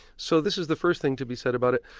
so this is the first thing to be said about it.